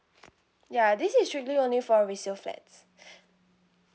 ya this is strictly only for resale flat